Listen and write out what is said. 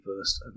first